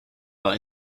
par